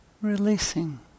releasing